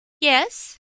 Yes